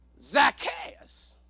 Zacchaeus